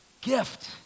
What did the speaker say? Gift